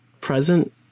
present